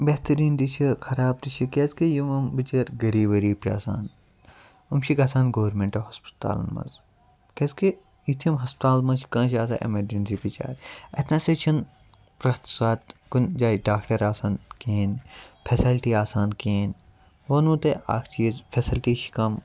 بہتریٖن تہِ چھِ خَراب تہِ چھِ کیازِ کہِ یِم وۄنۍ بِچٲرۍ غریٖب وریٖب چھِ آسان یِم چھِ گَژھان گورمیٚنٹ ہوسپِٹَلَن مَنٛز کیازِ کہِ یِتھ یِم ہَسپَتال مَنٛز چھِ کانٛہہ چھِ آسان ایٚمَرجنسی بَچارٕ اَتہِ نَسا چھِنہٕ پرٛٮ۪تھ ساتہٕ کُنہِ جایہِ ڈاکٹَر آسان کِہیٖنۍ پھیٚسَلٹی آسان کِہیٖنۍ وَنو تۄہہِ اکھ چیٖز فیسَلٹی چھِ کَم